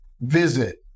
visit